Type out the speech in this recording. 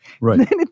Right